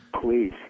Please